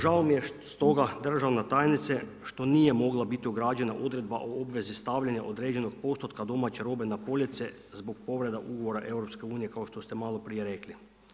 Žao mi je stoga državna tajnice što nije mogla bit ugrađena odredba o obvezi stavljanja određenog postotka domaće robe na police zbog povreda ugovora EU kao što ste malo prije rekli.